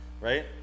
right